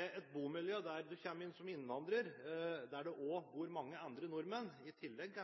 Et bomiljø der du kommer inn som innvandrer, og der det også bor mange etniske nordmenn – kanskje i tillegg